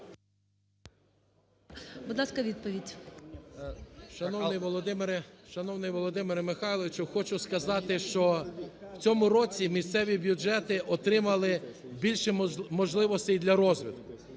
Шановний Володимире Михайловичу! Хочу сказати, що в цьому році місцеві бюджети отримали більше можливостей для розвитку.